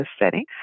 setting